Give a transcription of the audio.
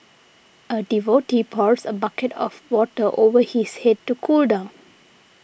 a devotee pours a bucket of water over his head to cool down